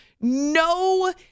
no